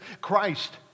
Christ